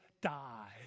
die